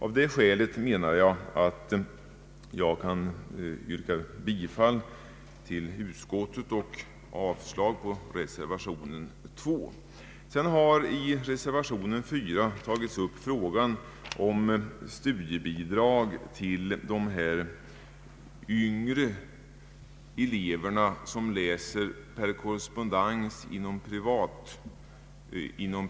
Av anförda skäl anser jag att jag kan yrka bifall till utskottets hemställan och avslag på reservation 2. I reservation 4 har tagits upp frågan om studiebidrag till de yngre elever som läser per korrespondens inom privatskolor.